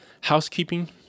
housekeeping